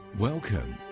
Welcome